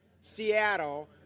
Seattle